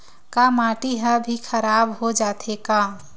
का माटी ह भी खराब हो जाथे का?